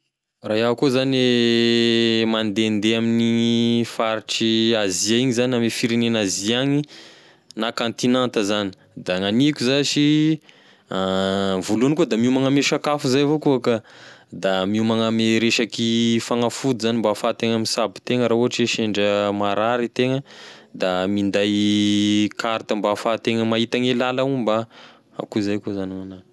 Raha iaho koa zany mandende ami'igny faritry Azia igny zany ame firegnena Azia any na kaontinanta zany, da gn'aniko zashy, voalohany koa da miomagny ame sakafo zay avao koa ka, da miomagna ame resaky fagnafody zagny mba ahafahantegna misabo tegna raha ohatry hoe sendra marary itegna da minday carte mba ahafategna mahita gne lala omba, akoa zay koa zany gn'agnahy.